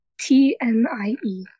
T-N-I-E